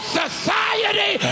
society